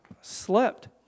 slept